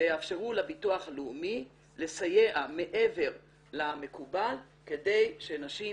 שיאפשרו לביטוח הלאומי לסייע מעבר למקובל כדי שנשים